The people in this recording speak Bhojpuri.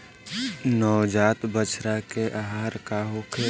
नवजात बछड़ा के आहार का होखे?